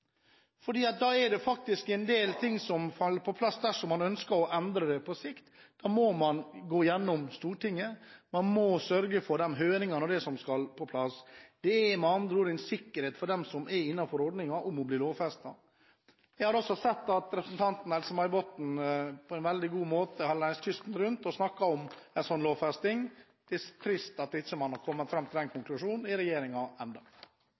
det er faktisk en del ting som faller på plass dersom man på sikt ønsker å endre den. Da må man gå gjennom Stortinget, man må sørge for de høringene og det som skal på plass. Det er med andre ord en sikkerhet for dem som er innenfor ordningen, om den blir lovfestet. Jeg har sett at representanten Else-May Botten har reist kysten rundt og på en veldig god måte har snakket om en slik lovfesting. Det er trist at man ikke har kommet fram til den konklusjonen i